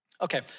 Okay